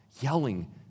yelling